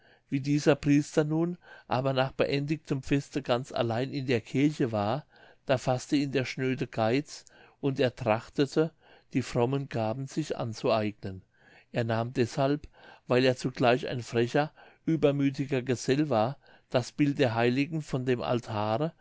wie dieser priester nun aber nach beendigtem feste ganz allein in der kirche war da faßte ihn der schnöde geiz und er trachtete die frommen gaben sich anzueignen er nahm deshalb weil er zugleich ein frecher übermüthiger gesell war das bild der heiligen von dem altare